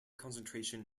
concentration